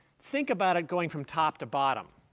think about it going from top to bottom.